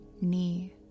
knee